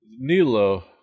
Nilo